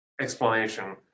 explanation